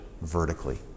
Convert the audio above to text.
vertically